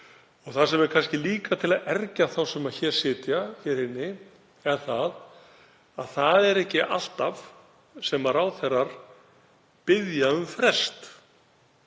Það sem er kannski líka til að ergja þá sem hér sitja inni er að það er ekki alltaf sem ráðherrar biðja um frest